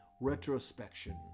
retrospection